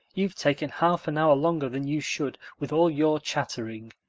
you've taken half an hour longer than you should with all your chattering.